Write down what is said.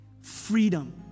freedom